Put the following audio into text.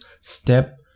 step